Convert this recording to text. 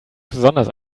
besonders